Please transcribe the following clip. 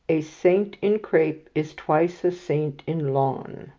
a saint in crape is twice a saint in lawn,